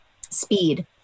speed